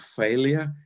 failure